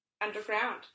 underground